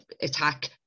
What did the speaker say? attack